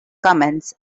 comments